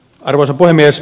arvoisa puhemies